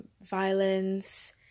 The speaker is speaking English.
violence